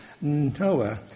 Noah